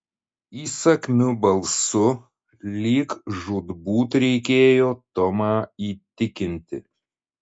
įsakmiu balsu lyg žūtbūt reikėjo tomą įtikinti